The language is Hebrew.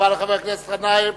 תודה רבה לחבר הכנסת גנאים.